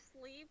sleep